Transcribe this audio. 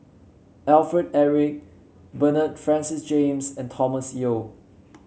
Alfred Eric Bernard Francis James and Thomas Yeo